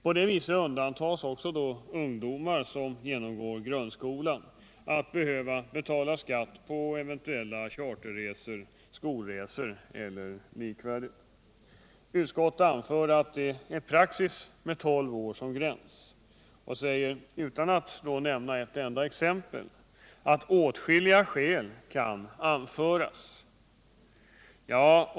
På det viset undantas då också de ungdomar som genomgår grundskolan från att behöva betala skatt på eventuella charterresor, skolresor eller likvärdiga resor. Utskottet anför att det är praxis med 12 år som gräns. Utan att nämna ett enda exempel säger utskottet att åtskilliga skäl kan åberopas mot en ändring.